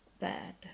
bad